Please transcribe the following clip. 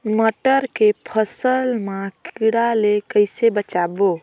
मटर के फसल मा कीड़ा ले कइसे बचाबो?